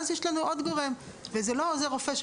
יום ובאותה משמרת עם עוזר הרופא,